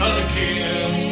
again